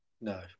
No